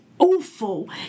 awful